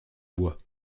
bois